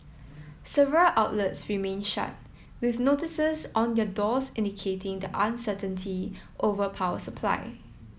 several outlets remained shut with notices on their doors indicating the uncertainty over power supply